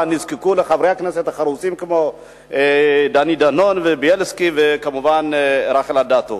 אלא נזקקו לחברי הכנסת החרוצים כמו דני דנון ובילסקי וכמובן רחל אדטו.